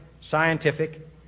scientific